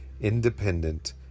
independent